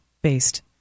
based